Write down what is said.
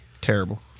Terrible